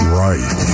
right